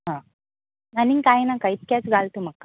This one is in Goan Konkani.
आं आनीक कांय नाका इतकेच घाल तूं म्हाका